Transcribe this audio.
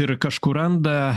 ir kažkur randa